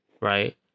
Right